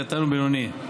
קטן ובינוני.